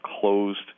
closed